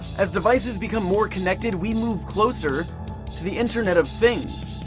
as devices become more connected we move closer to the internet of things.